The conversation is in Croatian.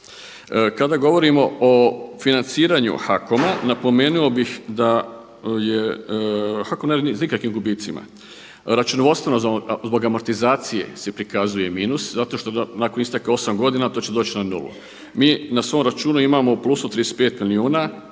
Kada govorimo o financiranju HAKOM-a napomenuo bih da je HAKOM ne radi s nikakvim gubitcima. Računovodstveno zbog amortizacije se prikazuje minus zato što nakon isteka osam godina, to će doći na nulu. Mi na svom računu imamo u plusu 35 milijuna